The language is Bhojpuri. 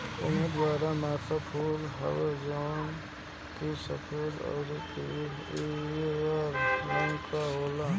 कुमुद बारहमासा फूल हवे जवन की सफ़ेद अउरी पियर रंग के होला